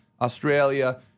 Australia